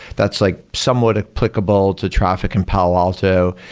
that's like somewhat applicable to traffic and palo alto,